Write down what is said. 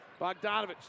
Bogdanovich